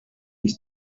ist